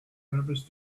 rabbits